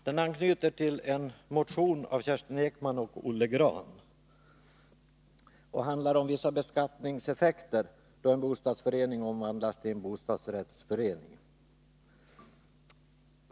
Den anknyter till en motion av Kerstin Ekman och Olle Grahn och handlar om vissa beskattningseffekter då en bostadsförening omvandlas till en bostadsrättsförening.